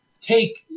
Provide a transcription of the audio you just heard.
take